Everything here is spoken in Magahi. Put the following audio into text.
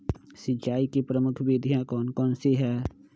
सिंचाई की प्रमुख विधियां कौन कौन सी है?